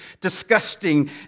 disgusting